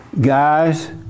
Guys